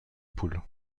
poule